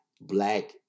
black